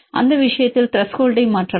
அந்த விஷயத்தில் த்ரெஷோல்ட் ஐ மாற்றலாம்